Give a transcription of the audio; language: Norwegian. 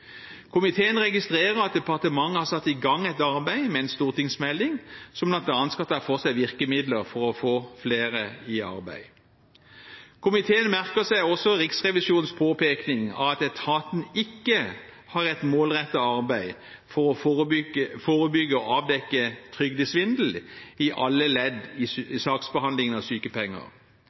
Komiteen registrerer at departementet har satt i gang et arbeid med en stortingsmelding som bl.a. skal ta for seg virkemidler for å få flere i arbeid. Komiteen merker seg også Riksrevisjonens påpekning av at etaten ikke har et målrettet arbeid for å forebygge og avdekke trygdesvindel i alle ledd i saksbehandlingen om sykepenger.